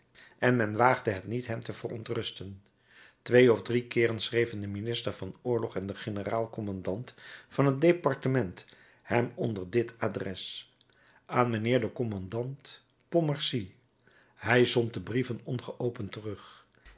en men waagde het niet hem te verontrusten twee of drie keeren schreven de minister van oorlog en de generaal kommandant van het departement hem onder dit adres aan mijnheer den kommandant pontmercy hij zond de brieven ongeopend terug